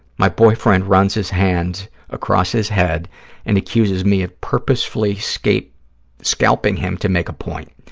my boyfriend runs his hands across his head and accuses me of purposefully scalping scalping him to make a point.